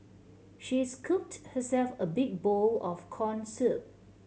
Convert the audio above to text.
she scooped herself a big bowl of corn soup